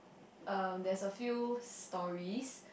um there's a few stories